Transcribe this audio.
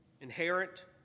inherent